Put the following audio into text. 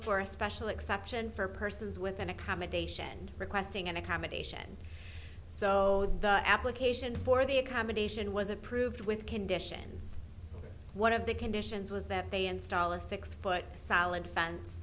for a special exception for persons with an accommodation and requesting an accommodation so the application for the accommodation was approved with conditions one of the conditions was that they install a six foot solid fence